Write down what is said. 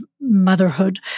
motherhood